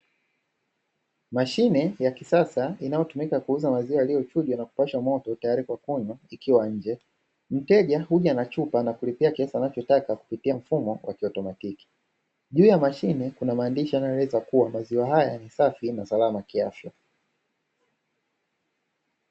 Mashine ya kisasa inayotumika kuuza maziwa yaliyochujwa na kupashwa moto tayari kwa kunywa ikiwa nje. Mteja huja na chupa na kulipia kiasi anachotaka kupitia mfumo wa kiautomatiki. Juu ya mashine kuna maandishi yanayoeleza kuwa maziwa haya ni safi na salama kiafya.